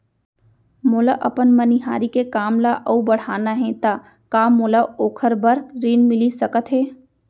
मोला अपन मनिहारी के काम ला अऊ बढ़ाना हे त का मोला ओखर बर ऋण मिलिस सकत हे?